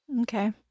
Okay